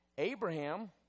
Abraham